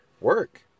work